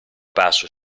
perso